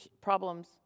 problems